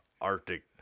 Arctic